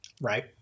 Right